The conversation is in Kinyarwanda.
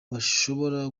bashobora